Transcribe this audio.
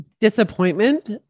disappointment